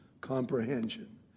comprehension